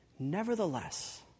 Nevertheless